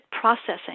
processing